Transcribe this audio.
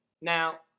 Now